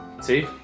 See